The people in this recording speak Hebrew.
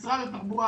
משרד התחבורה,